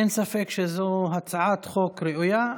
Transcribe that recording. אין ספק שזו הצעת חוק ראויה.